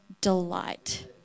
delight